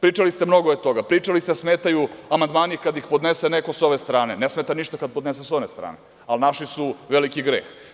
Pričali ste mnogo je toga, pričali ste da smetaju amandmani kada ih podnese neko sa ove strane, a ne smeta ništa kada ih podnesu sa ove strane, ali naši su veliki greh.